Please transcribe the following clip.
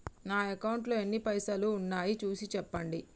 నా అకౌంట్లో ఎన్ని పైసలు ఉన్నాయి చూసి చెప్పండి?